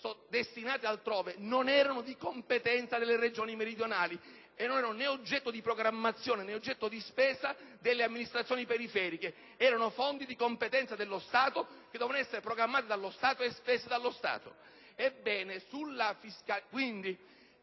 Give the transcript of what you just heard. destinate altrove, non erano di competenza delle Regioni meridionali e non erano né oggetto di programmazione, né oggetto di spesa delle amministrazioni periferiche: erano fondi di competenza dello Stato che devono essere programmati e spesi dallo Stato.